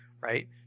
right